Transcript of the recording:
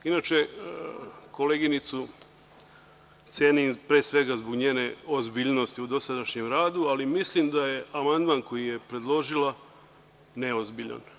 Inače, koleginicu cenim pre svega zbog njene ozbiljnosti u dosadašnjem radu, ali mislim da je amandman koji je predložila neozbiljan.